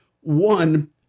one